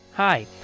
Hi